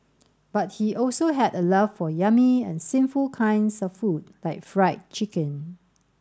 but he also had a love for yummy and sinful kinds of food like Fried Chicken